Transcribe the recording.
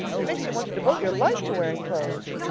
it makes you want to devote your life to wearing clothes.